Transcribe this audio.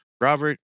Robert